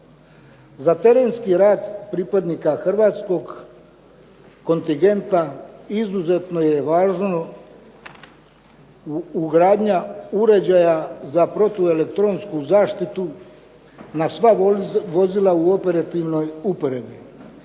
Za terenski rad pripadnika hrvatskog kontingenta izuzetno je važno ugradnja uređaja za protuelektronsku zaštitu na sva vozila u operativnoj upotrebi,